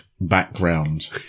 background